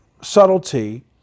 subtlety